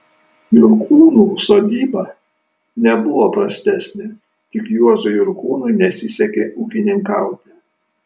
jurkūnų sodyba nebuvo prastesnė tik juozui jurkūnui nesisekė ūkininkauti